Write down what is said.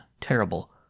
terrible